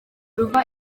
ruva